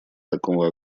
такого